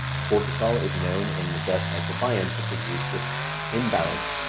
cortisol is known in the gut microbiome to produce this imbalance.